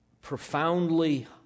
profoundly